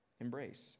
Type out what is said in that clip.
embrace